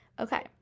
Okay